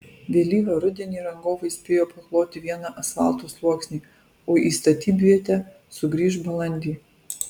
vėlyvą rudenį rangovai spėjo pakloti vieną asfalto sluoksnį o į statybvietę sugrįš balandį